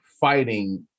fighting